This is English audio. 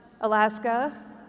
Alaska